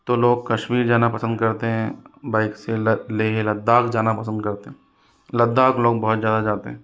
तो लोग कश्मीर जाना पसंद करते हैं बाइक से लेह लद्दाख जाना पसंद करते हैं लद्दाख लोग बहुत ज़्यादा जाते हैं